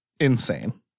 Insane